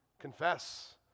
confess